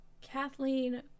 Kathleen